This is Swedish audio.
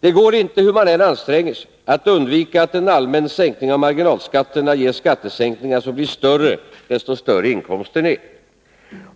Det går inte, hur man än anstränger sig, att undvika att en allmän sänkning av marginalskatterna ger skattesänkningar, som blir större ju större inkomsten är.